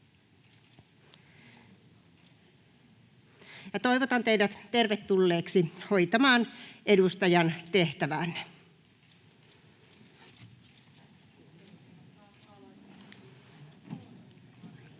Toivotan teidät tervetulleiksi hoitamaan edustajan tehtäväänne.